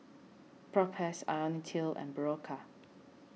Propass Ionil till and Berocca